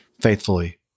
Faithfully